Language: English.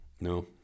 no